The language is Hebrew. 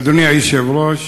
אדוני היושב-ראש,